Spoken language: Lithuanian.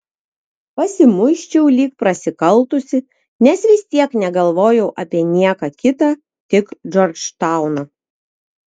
pasimuisčiau lyg prasikaltusi nes vis tiek negalvojau apie nieką kitą tik džordžtauną